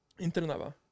Internava